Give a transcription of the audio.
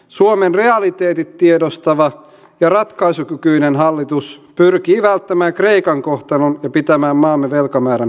suomen realiteetit tiedostava ja ratkaisukykyinen hallitus pyrkii välttämään kreikan kohtalon ja pitämään maamme velkamäärän kurissa